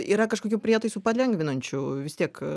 yra kažkokių prietaisų palengvinančių vis tiek